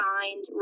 find